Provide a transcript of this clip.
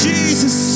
Jesus